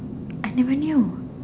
I never knew